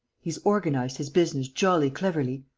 he's organized his business jolly cleverly.